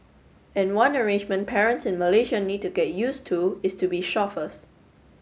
and one arrangement parents in Malaysia need to get used to is to be chauffeurs